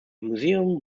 museum